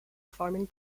farming